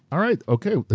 alright, okay,